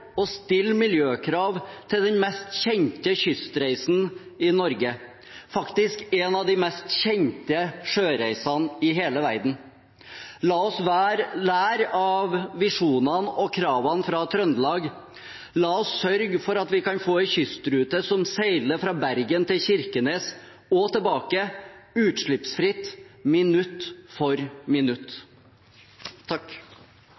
stille miljøkrav til den mest kjente kystreisen i Norge, faktisk en av de mest kjente sjøreisene i hele verden. La oss lære av visjonene og kravene fra Trøndelag. La oss sørge for at vi kan få en kystrute som seiler fra Bergen til Kirkenes og tilbake – utslippsfritt minutt for minutt.